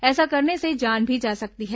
ऐसा करने से जान भी जा सकती है